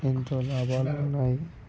ఎంతో లాభాలు ఉన్నాయి